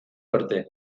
arte